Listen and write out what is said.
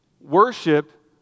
Worship